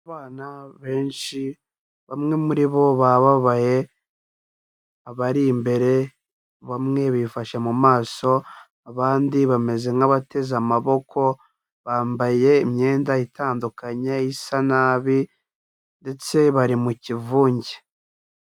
Abana benshi bamwe muri bo bababaye, abari imbere bamwe bifashe mu maso abandi bameze nk'abateze amaboko, bambaye imyenda itandukanye isa nabi ndetse bari mu kivunge.